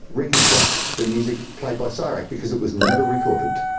reconstruct the music played by csirac, because it was never recorded.